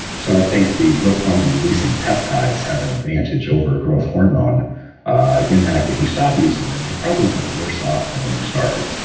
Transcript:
so, i think the growth hormone-releasing peptides have an advantage over a growth hormone in that if you stop using them, you're probably not worse off than when you started.